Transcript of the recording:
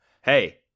hey